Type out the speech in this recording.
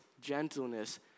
gentleness